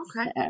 okay